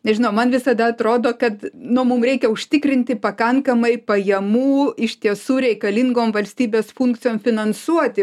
nežinau man visada atrodo kad nu mum reikia užtikrinti pakankamai pajamų iš tiesų reikalingom valstybės funkcijom finansuoti